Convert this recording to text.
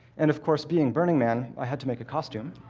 and of course, being burning man, i had to make a costume.